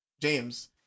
James